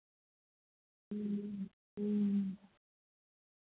ह्म्म ह्म्म